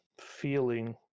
feeling